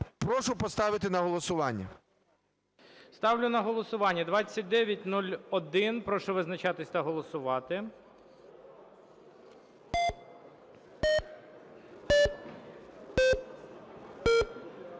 Прошу поставити на голосування. ГОЛОВУЮЧИЙ. Ставлю на голосування 2901. Прошу визначатись та голосувати.